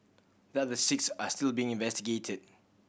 the other six are still being investigated